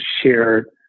shared